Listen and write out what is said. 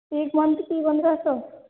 एक मंथ के पन्द्रह सौ